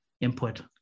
input